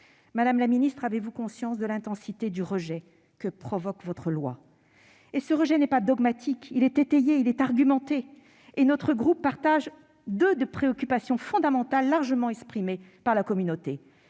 programmation. Avez-vous conscience de l'intensité du rejet que provoque votre texte ? Ce rejet n'est pas dogmatique ; il est étayé, argumenté. Notre groupe partage deux préoccupations fondamentales largement exprimées par cette communauté